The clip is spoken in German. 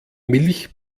milch